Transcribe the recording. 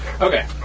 Okay